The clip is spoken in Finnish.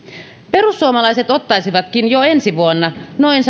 perussuomalaiset ottaisivatkin jo ensi vuonna noin